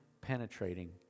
penetrating